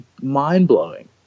mind-blowing